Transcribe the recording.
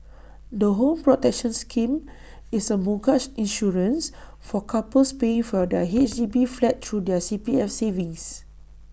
the home protection scheme is A mortgage insurance for couples paying for their H D B flat through their C P F savings